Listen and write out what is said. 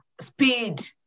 speed